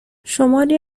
شماری